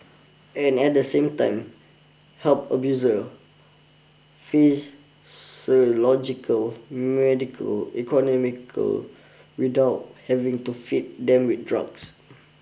and at the same time help abusers physiological medical economical without having to feed them with drugs